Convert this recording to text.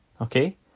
Okay